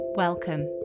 Welcome